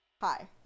Hi